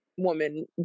woman